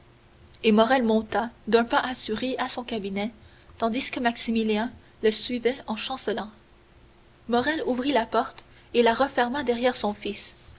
et morrel monta d'un pas assuré à son cabinet tandis que maximilien le suivait en chancelant morrel ouvrit la porte et la referma derrière son fils